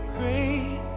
Great